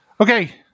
Okay